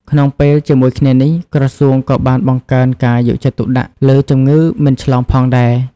ក្នុងពេលជាមួយគ្នានេះ ក្រសួងក៏បានបង្កើនការយកចិត្តទុកដាក់លើជំងឺមិនឆ្លងផងដែរ។